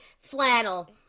flannel